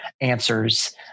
answers